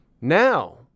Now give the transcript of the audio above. Now